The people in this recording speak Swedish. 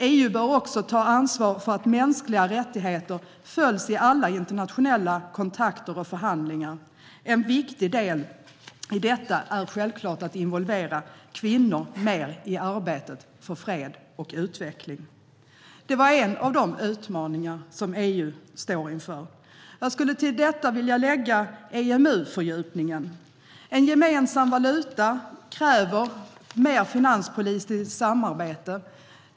EU bör också ta ansvar för att mänskliga rättigheter följs i alla internationella kontakter och förhandlingar. En viktig del i detta är självklart att involvera kvinnor mer i arbetet för fred och utveckling. Det är en av de utmaningar som EU står inför. Jag skulle till detta vilja lägga EMU-fördjupningen. En gemensam valuta kräver mer finanspolitiskt samarbete.